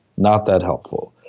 not that helpful.